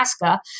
Alaska